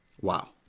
Wow